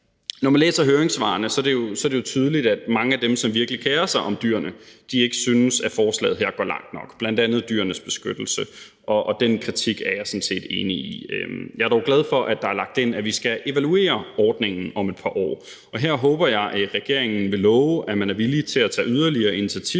Når man læser høringssvarene, er det jo tydeligt, at mange af dem, som virkelig kerer sig om dyrene, ikke synes, at forslaget her går langt nok, bl.a. Dyrenes Beskyttelse, og den kritik er jeg sådan set enig i. Jeg er dog glad for, at der er lagt ind, at vi skal evaluere ordningen om et par år, og her håber jeg, at regeringen vil love, at man er villig til at tage yderligere initiativer,